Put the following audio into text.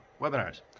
webinars